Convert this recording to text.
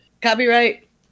Copyright